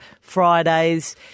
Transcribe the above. Fridays